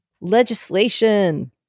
Legislation